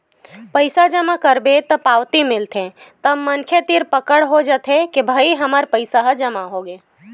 पइसा जमा करबे त पावती मिलथे तब मनखे तीर पकड़ हो जाथे के भई हमर पइसा ह जमा होगे